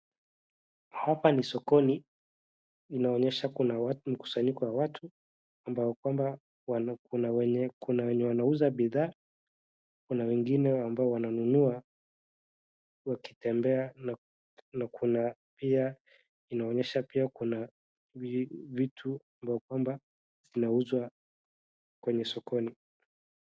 Hapa ni sokoni, inaonyesha kuna watu, mkusanyiko ya watu, ambao kwamba kuna wenye wanauza bidhaa kuna wengine ambao wananunua, wakitembea na kuna pia inaonyesha pia kuna vitu ambao kwamba zinauzwa kwenye sokoni.